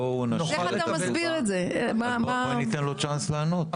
בואי ניתן לו צ׳אנס לענות.